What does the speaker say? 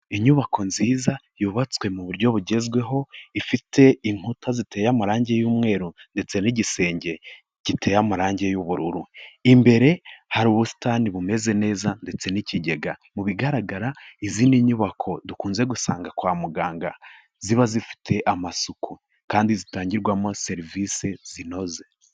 Inyubako nziza yubatswe mu buryo bugezweho ifite inkuta ziteye amarangi y'umweru ndetse n'igisenge giteye amarangi y'ubururu, imbere hari ubusitani bumeze neza ndetse n'ikigega. Mu bigaragara izi ni inyubako dukunze gusanga kwa muganga ziba zifite amasuku kandi zitangirwamo serivisi zinoze.